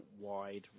wide